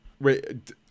Wait